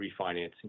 refinancing